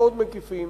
מאוד מקיפים,